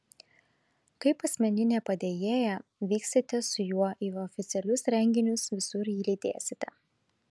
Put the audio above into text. kaip asmeninė padėjėja vyksite su juo į oficialius renginius visur jį lydėsite